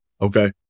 okay